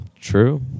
True